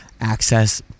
access